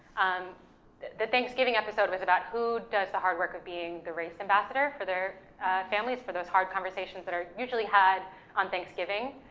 um the the thanksgiving episode was about who does the hard work of being the race ambassador for their families, for those hard conversations that are usually had on thanksgiving